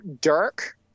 Dirk